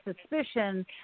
suspicion